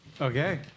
Okay